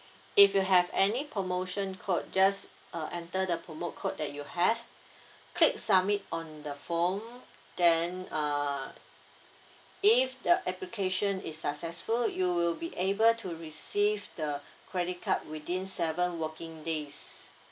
if you have any promotion code just uh enter the promo code that you have click submit on the form then uh if the application is successful you will be able to receive the credit card within seven working days